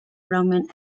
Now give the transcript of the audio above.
bromine